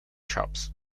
shops